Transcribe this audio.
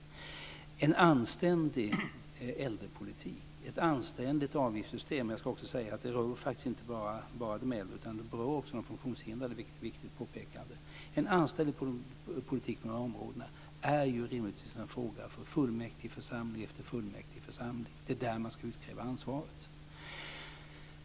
En anständig äldrepolitik och ett anständigt avgiftssystem - och det rör faktiskt inte bara de äldre utan även de funktionshindrade, vilket är ett viktigt påpekande - är rimligtvis en fråga för fullmäktigeförsamling efter fullmäktigeförsamling. Det är där man ska utkräva ansvaret.